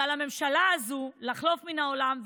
ועל הממשלה הזאת לחלוף מן העולם,